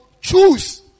choose